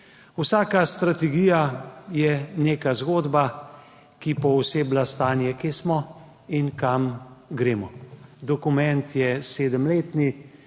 Vsaka strategija je neka zgodba, ki pooseblja stanje kje smo in kam gremo. Dokument je sedemletni